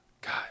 God